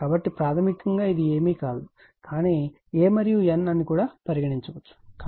కాబట్టి ప్రాథమికంగా ఇది ఏమీ కాదు కానీ a మరియు n అని కూడా పరిగణించవచ్చు